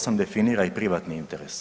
8 definira i privatni interes.